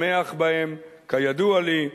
שמח בהם, כידוע לי,